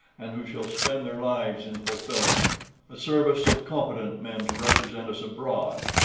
and who shall spend their lives in fulfilling them a service of competent men to represent us abroad,